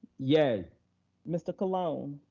yeah mr. colon.